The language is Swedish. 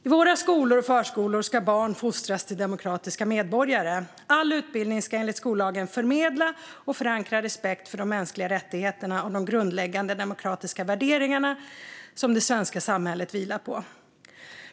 I våra skolor och förskolor ska barn fostras till demokratiska medborgare. All utbildning ska enligt skollagen förmedla och förankra respekt för de mänskliga rättigheterna och de grundläggande demokratiska värderingar som det svenska samhället vilar på.